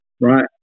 right